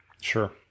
Sure